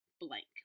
blank